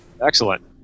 Excellent